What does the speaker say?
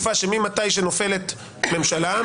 מהרגע שבו נופלת ממשלה,